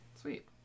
Sweet